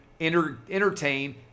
entertain